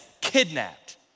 kidnapped